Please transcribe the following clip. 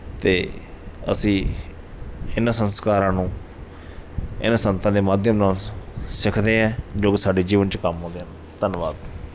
ਅਤੇ ਅਸੀਂ ਇਹਨਾਂ ਸੰਸਕਾਰਾਂ ਨੂੰ ਇਹਨਾਂ ਸੰਤਾਂ ਦੇ ਮਾਧਿਅਮ ਨਾਲ ਸਿੱਖਦੇ ਹਾਂ ਜੋ ਕਿ ਸਾਡੇ ਜੀਵਨ 'ਚ ਕੰਮ ਆਉਂਦੇ ਹਨ ਧੰਨਵਾਦ